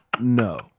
no